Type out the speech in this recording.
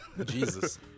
Jesus